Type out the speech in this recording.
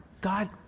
God